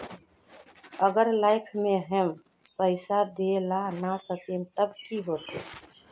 अगर लाइफ में हैम पैसा दे ला ना सकबे तब की होते?